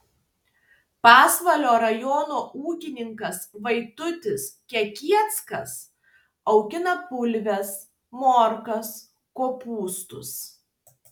pasvalio rajono ūkininkas vaidutis gegieckas augina bulves morkas kopūstus